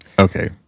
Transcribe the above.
Okay